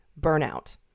burnout